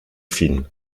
finn